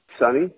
sunny